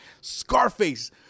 Scarface